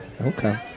Okay